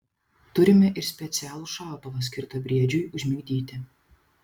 turime ir specialų šautuvą skirtą briedžiui užmigdyti